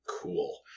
Cool